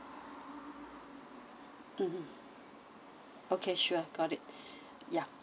mm okay sure got it ya